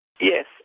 Yes